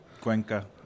Cuenca